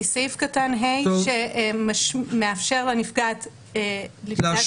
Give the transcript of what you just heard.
כי סעיף קטן (ה) מאפשר לנפגעת להשמיע